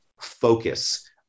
focus